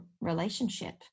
relationship